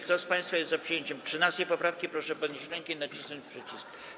Kto z państwa jest za przyjęciem 13. poprawki, proszę podnieść rękę i nacisnąć przycisk.